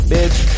Bitch